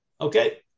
Okay